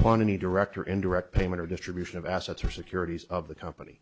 upon any direct or indirect payment or distribution of assets or securities of the company